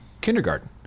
kindergarten